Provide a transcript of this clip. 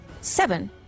seven